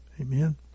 Amen